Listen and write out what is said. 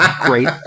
great